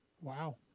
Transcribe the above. Wow